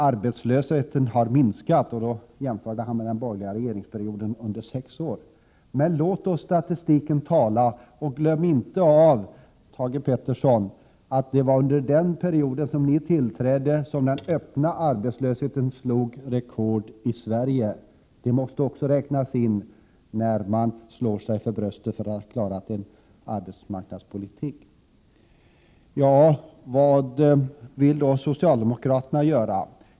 Arbetslösheten har minskat. Då jämförde han den med arbetslösheten under de borgerliga sex åren. Låt statistiken tala, men glöm inte bort, Thage G Peterson, att det var sedan ni tillträtt som den öppna arbetslösheten slog rekord i Sverige. Det måste också räknas in innan man slår sig för bröstet för att man har klarat arbetsmarknadspolitiken. Vad vill då socialdemokraterna göra?